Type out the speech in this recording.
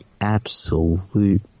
absolute